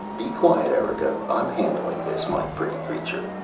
be quiet, erika. i'm handling this, my pretty creature.